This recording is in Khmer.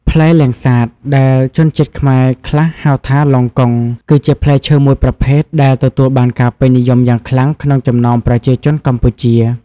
ផ្លែលាំងសាត ដែលជនជាតិខ្មែរខ្លះហៅថា លុងកុង គឺជាផ្លែឈើមួយប្រភេទដែលទទួលបានការពេញនិយមយ៉ាងខ្លាំងក្នុងចំណោមប្រជាជនកម្ពុជា